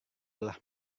telah